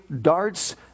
darts